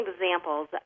examples